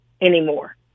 anymore